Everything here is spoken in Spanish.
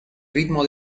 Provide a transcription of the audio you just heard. ritmo